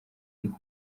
niko